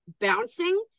bouncing